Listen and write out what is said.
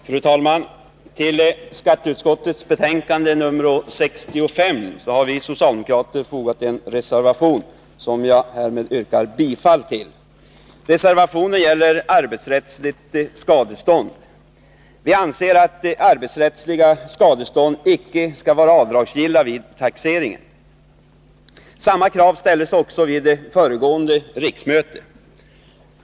Fru talman! Till skatteutskottets betänkande nr 65 har vi socialdemokrater fogat en reservation, som jag härmed yrkar bifall till. Reservationen gäller arbetsrättsligt skadestånd. Vi anser att arbetsrättsliga skadestånd icke skall vara avdragsgilla vid taxeringen. Samma krav ställdes också vid föregående riksmöte.